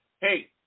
Hey